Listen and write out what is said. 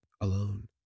alone